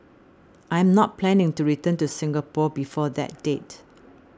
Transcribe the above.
I'm not planning to return to Singapore before that date